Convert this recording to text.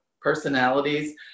personalities